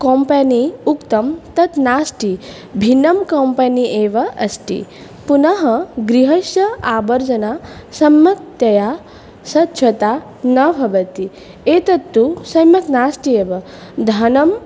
company उक्तं तद् नास्ति भिन्नं कोम्पनी एव अस्ति पुनः गृहस्य आवर्जनं सम्यक्तया सच्छता न भवति एतत्तु सम्यक् नास्ति एव धनं